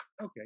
Okay